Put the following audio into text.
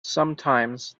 sometimes